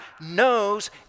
knows